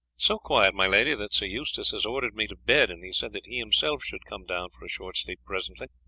so quiet, my lady, that sir eustace has ordered me to bed, and he said that he himself should come down for a short sleep presently.